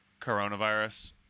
coronavirus